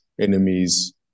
enemies